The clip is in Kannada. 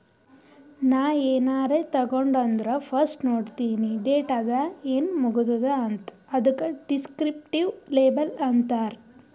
ನಾ ಏನಾರೇ ತಗೊಂಡ್ ಅಂದುರ್ ಫಸ್ಟ್ ನೋಡ್ತೀನಿ ಡೇಟ್ ಅದ ಏನ್ ಮುಗದೂದ ಅಂತ್, ಅದುಕ ದಿಸ್ಕ್ರಿಪ್ಟಿವ್ ಲೇಬಲ್ ಅಂತಾರ್